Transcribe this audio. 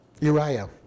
Uriah